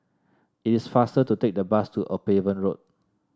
it is faster to take the bus to Upavon Road